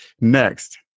Next